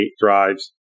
drives